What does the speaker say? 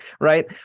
right